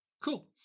cool